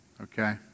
Okay